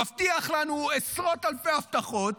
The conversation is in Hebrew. מבטיח לנו עשרות אלפי הבטחות,